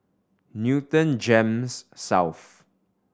Newton GEMS South